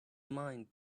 mind